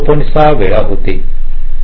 6 वेळी होते